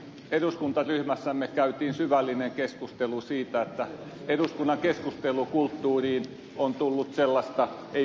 eduskuntaryhmässämme käytiin syvällinen keskustelu siitä että eduskunnan keskustelukulttuuriin on tullut sellaista ei puhuta totta